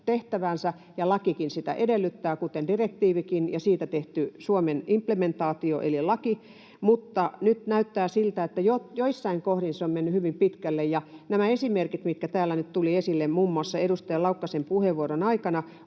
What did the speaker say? tehtävänsä, ja lakikin sitä edellyttää kuten direktiivikin ja siitä tehty Suomen implementaatio eli laki, mutta nyt näyttää siltä, että joissain kohdin on menty hyvin pitkälle. Nämä esimerkit, mitkä täällä nyt tulivat esille muun muassa edustajan Laukkasen puheenvuoron aikana,